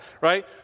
right